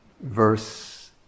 verse